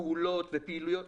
פעולות ופעילויות.